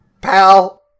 Pal